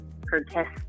protest